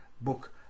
book